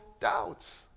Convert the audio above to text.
doubts